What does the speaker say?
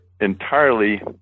entirely